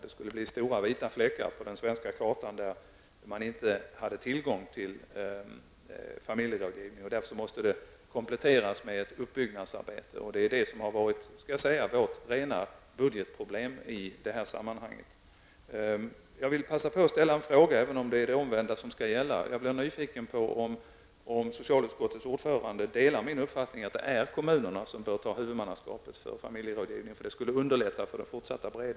Det skulle bli stora vita fläckar på den svenska kartan vad gäller tillgången till familjrådgivning. Därför måste det kompletteras med ett uppbyggnadsarbete. Och det är det som har varit vårt rena budgetproblem i detta sammanhang. Tarschys, även om det är det omvända som skall gälla. Jag blev nyfiken på om socialutskottets ordförande delar min uppfattning att det är kommunerna som bör ta över huvudmannaskapet för familjerådgivningen, eftersom det skulle underlätta på olika sätt?